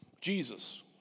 Jesus